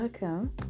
Welcome